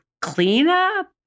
cleanup